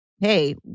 hey